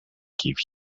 give